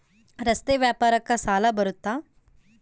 ರಸ್ತೆ ವ್ಯಾಪಾರಕ್ಕ ಸಾಲ ಬರುತ್ತಾ?